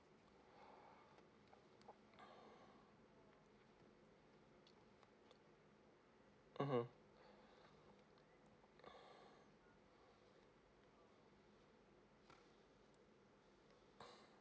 mmhmm